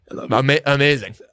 amazing